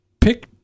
pick